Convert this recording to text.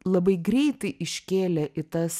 labai greitai iškėlė į tas